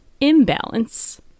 imbalance